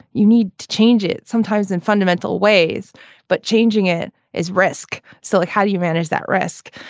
you need to change it sometimes in fundamental ways but changing it is risk. so like how do you manage that risk.